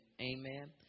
Amen